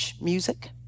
Music